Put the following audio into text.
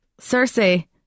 Cersei